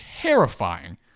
terrifying